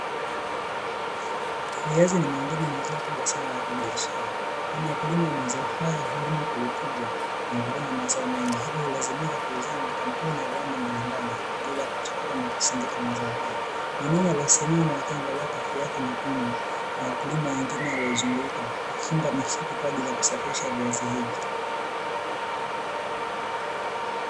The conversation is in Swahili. Viazi ni miongoni mwa zao kubwa sana lakini biashara kwani wakulima wa mazao haya hulima kwa ukubwa na kuvuna mazao mengi, hivyo hulazimika kuuzia kampuni na viwanda mbalimbali kwa ajili ya kuchakata na kusindika mazao hayo, mwanaume aliyesimama lakini amevalia kofia yake nyekundu na wakulima wengine waliozunguka kufunga mifuko kwa ajili ya kusafirisha viazi hivi.